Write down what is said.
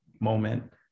moment